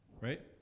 Right